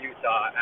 Utah